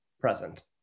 present